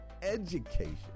education